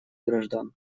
граждан